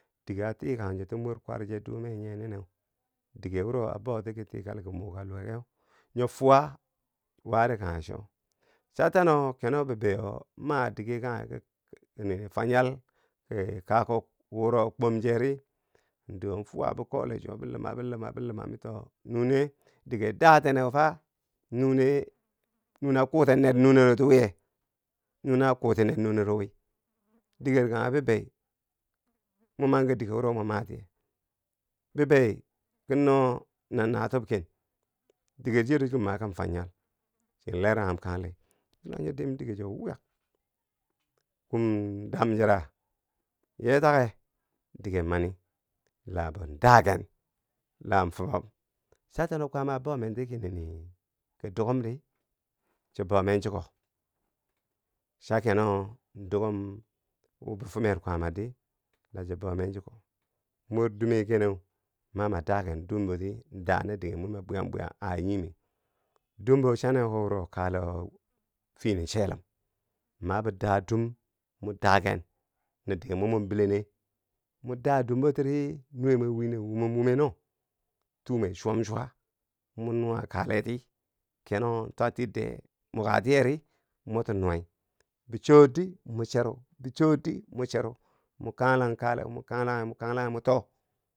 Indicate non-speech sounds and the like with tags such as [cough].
Dige a tikang nyoti mor kwar che dume nye nineu, dige wuro a bouti ki tikali ki muuka luwekeu nyo fuwa wari kanghe cho, cha tano keno bibeiyo maa dige kanghe ki [hesitation] fanyal ki kakuk wuro kwom cheri in doo fwa bi kole chwo biluma biluma biluma, mi to nune dige dateneu fa nune nune a kuten ner nunero ti wiye, nune a kuti ner nunero wii, diger kanghe bibei mo man ki dige wuro mo ma tiye. bibei ki no na natub ken, diger chiyero chiki maki fanyal chi leranghum kangli, la nyo dim dige chwo wyak, kum dam chura, yee take, diger mani la bou daaken la fubom ta cha no kwaama a bomenti kii nini ki dukumdi cho bomen chiko cha keno dukum wo bi fumer kwaamar di la cho bomen chiko, mor dume keneu ma ma daken dumboti daa na dige mwi ma bwiyam bwiya, ah- ah nyimi, dumbo chane ko wuro kalewo fini chelum ma bii daa. dum mo daaken na dike mwi mo bilene, mo daa dumbo tiri nuwe mwe wine wumom wume no too mweu chwam chuwa mo nuwa kalehti keno twatide muka tiyeri moti nuwai, bi choot di mo cheru, bichoot di mo cheru, mo kanglang kaleh wo mo kanglanghi mo kanglanghi mo too.